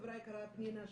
חברה יקרה פנינה,